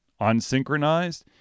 unsynchronized